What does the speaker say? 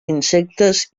insectes